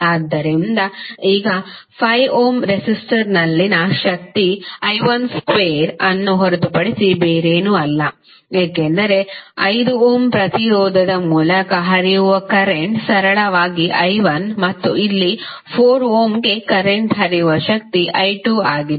ಆದ್ದರಿಂದ ಈಗ 5 ಓಮ್ ರೆಸಿಸ್ಟರ್ನಲ್ಲಿನ ಶಕ್ತಿ I12 ಅನ್ನು ಹೊರತುಪಡಿಸಿ ಬೇರೇನೂ ಅಲ್ಲ ಏಕೆಂದರೆ 5 ಓಮ್ ಪ್ರತಿರೋಧದ ಮೂಲಕ ಹರಿಯುವ ಕರೆಂಟ್ ಸರಳವಾಗಿ I1 ಮತ್ತು ಇಲ್ಲಿ 4 ಓಮ್ಗೆ ಕರೆಂಟ್ ಹರಿಯುವ ಶಕ್ತಿ I2 ಆಗಿದೆ